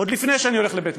עוד לפני ההליכה לבית-משפט,